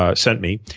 ah sent me,